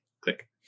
click